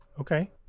Okay